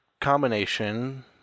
combination